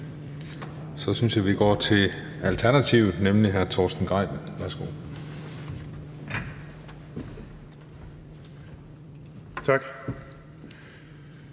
Så synes jeg, at vi går til Alternativets ordfører, nemlig hr. Torsten Gejl. Værsgo. Kl.